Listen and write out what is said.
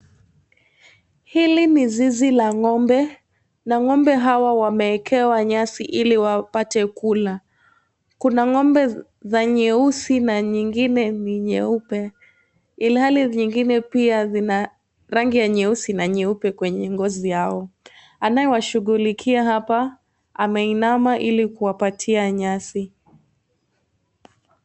Hili ni zizi la ngombe na ngombe hawa wameekewa nyasi ili wapate kula. Kuna ngombe za nyeusi na nyingine ni nyeupe ilhali nyingine zina rangi ya nyeusi na nyeupe kwenye ngozi yao. Anayewashughulikia hapa ameinama ili kuwapatia nyasi.